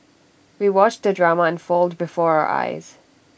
we watched the drama unfold before our eyes